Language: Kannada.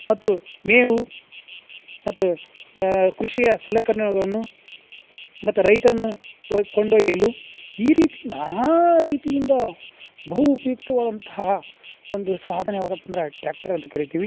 ಮತ್ತು ಮೇವು ಮತ್ತು ಕೃಷಿಯ ಸಲಕರ್ಣಳ್ಗಳನ್ನು ಮತ್ತು ರೈತರನ್ನು ಒಯ್ ಕೊಂಡೊಯ್ಯಲು ಈ ರೀತಿ ನಾನಾ ರೀತಿಯಿಂದ ಬಹು ಉಪಯುಕ್ತವಾದಂತಹ ಒಂದು ಸಾಧನ ಯಾವುದಪ್ಪ ಅಂದ್ರೆ ಟ್ರ್ಯಾಕ್ಟರ್ ಅಂತ ಕರೀತೀವಿ